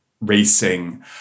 racing